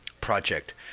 project